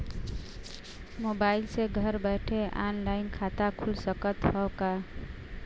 Mobile से घर बैठे ऑनलाइन खाता खुल सकत हव का?